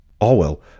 Orwell